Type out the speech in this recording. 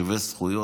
שווי זכויות,